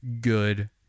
good